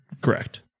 Correct